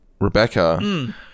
Rebecca